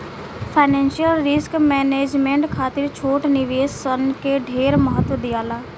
financial risk management खातिर छोट निवेश सन के ढेर महत्व दियाला